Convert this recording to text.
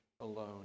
alone